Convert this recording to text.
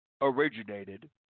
originated